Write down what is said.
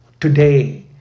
today